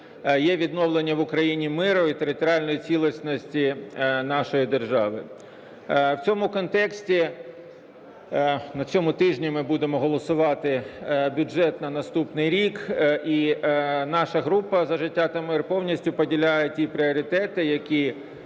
є відновлення в Україні миру і територіальної цілісності нашої держави. В цьому контексті на цьому тижні ми будемо голосувати бюджет на наступний рік, і наша група "За життя та мир" повністю поділяють ті пріоритети, які